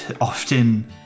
Often